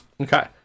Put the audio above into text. Okay